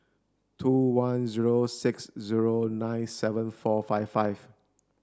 two one zero six zero nine seven four five five